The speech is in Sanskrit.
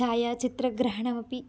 छायाचित्रग्रहणमपि